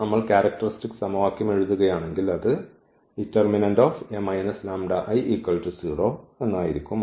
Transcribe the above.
നമ്മൾ ക്യാരക്ടർസ്റ്റിക്സ് സമവാക്യം എഴുതുകയാണെങ്കിൽ അത് | A λI |0 ആയിരിക്കും